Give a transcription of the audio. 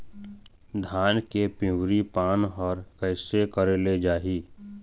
धान के पिवरी पान हर कइसे करेले जाही?